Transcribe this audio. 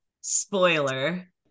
spoiler